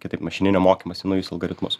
kitaip mašininio mokymosi naujus algoritmus